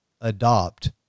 adopt